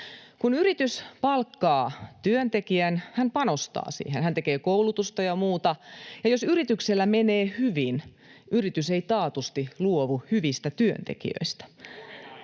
Kun yritys palkkaa työntekijän, hän panostaa siihen, hän tekee koulutusta ja muuta, ja jos yrityksellä menee hyvin, yritys ei taatusti luovu hyvistä työntekijöistä.